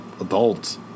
Adults